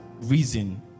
reason